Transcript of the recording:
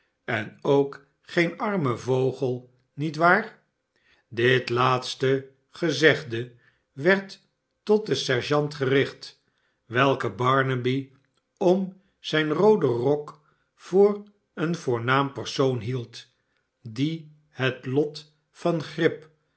en ook geen armen vogel niet waar dit laatste gezegde werd tot den sergeant gericht welken barnaby om zijn rooden rok voor een voornaam persoon hield die het loft van grip